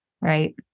Right